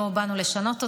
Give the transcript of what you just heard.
לא באנו לשנות אותה.